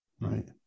Right